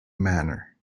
manner